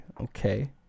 Okay